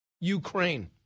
Ukraine